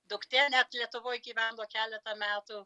duktė net lietuvoj gyveno keletą metų